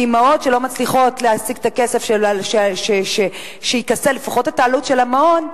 כי אמהות שלא מצליחות להשיג את הכסף שיכסה לפחות את עלות המעון,